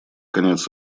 конец